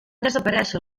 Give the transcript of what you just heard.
desaparèixer